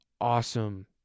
Awesome